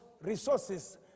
Resources